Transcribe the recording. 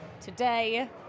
today